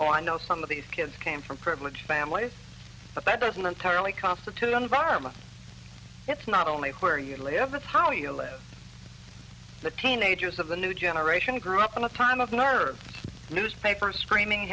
oh i know some of these kids came from privileged families but that doesn't entirely constitute environment it's not only where you live it's how you live the teenagers of the new generation grew up in a time of nerve newspaper screaming